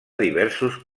diversos